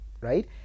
right